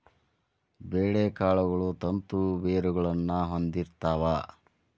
ಬೇಳೆಕಾಳುಗಳು ತಂತು ಬೇರುಗಳನ್ನಾ ಹೊಂದಿರ್ತಾವ